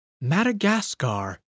Madagascar